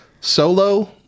Solo